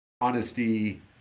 honesty